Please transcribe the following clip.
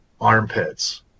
armpits